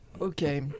okay